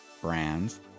brands